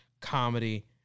comedy